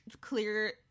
clear